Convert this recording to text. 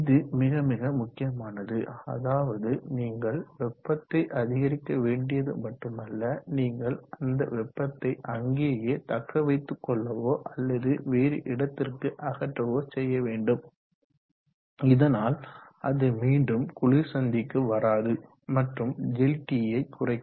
இது மிக மிக முக்கியமானதுஅதாவது நீங்கள் வெப்பத்தை அதிகரிக்க வேண்டியது மட்டுமல்ல நீங்கள் அந்த வெப்பத்தை அங்கேயே தக்க வைத்துக் கொள்ளவோ அல்லது வேறு இடத்திற்கு அகற்றவோ செய்ய வேண்டும் இதனால் அது மீண்டும் குளிர் சந்திக்கு வராது மற்றும் Δt யை குறைக்கும்